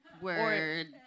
Word